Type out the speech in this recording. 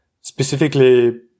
specifically